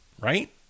right